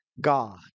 God